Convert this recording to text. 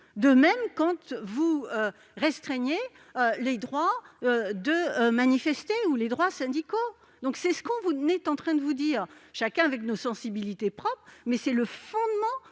De même quand vous restreignez le droit de manifester ou les droits syndicaux ! Voilà ce que nous sommes en train de vous dire, chacun avec nos sensibilités propres : voilà le fondement